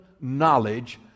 knowledge